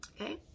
okay